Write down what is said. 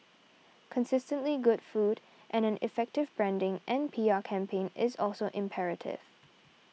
consistently good food and an effective branding and P R campaign is also imperative